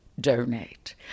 donate